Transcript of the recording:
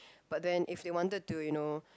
but then if they wanted to you know